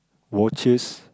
watches